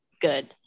good